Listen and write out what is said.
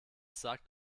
sagt